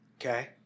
Okay